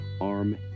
arm